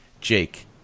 Jake